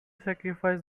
sacrifice